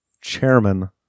Chairman